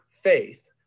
faith